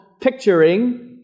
picturing